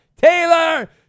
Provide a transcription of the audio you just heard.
Taylor